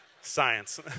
Science